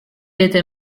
était